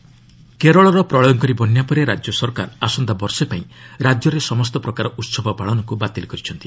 Kerala cancel କେରଳର ପ୍ରୟଙ୍କରୀ ବନ୍ୟା ପରେ ରାଜ୍ୟ ସରକାର ଆସନ୍ତା ବର୍ଷେ ପାଇଁ ରାଜ୍ୟରେ ସମସ୍ତ ପ୍ରକାର ଉତ୍ସବ ପାଳନକୁ ବାତିଲ୍ କରିଛନ୍ତି